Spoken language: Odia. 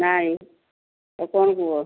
ନାହିଁ ତ ତମେ କୁହ